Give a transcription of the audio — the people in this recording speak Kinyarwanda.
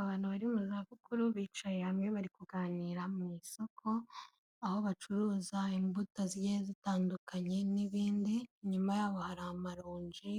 Abantu bari mu zabukuru bicaye hamwe bari kuganira mu isoko, aho bacuruza imbuto zigiye zitandukanye n'ibindi, inyuma yabo hari amaronji